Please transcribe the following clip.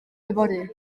yfory